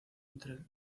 entre